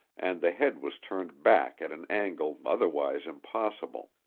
and the head was turned back at an angle otherwise impossible,